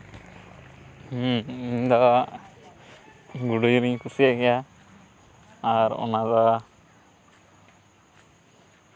ᱦᱩᱸ ᱤᱧ ᱫᱚ ᱜᱩᱰᱩ ᱡᱤᱞᱤᱧ ᱠᱩᱥᱤᱭᱟᱜ ᱜᱮᱭᱟ ᱟᱨ ᱚᱱᱟ ᱫᱚ